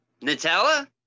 Nutella